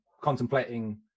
contemplating